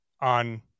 on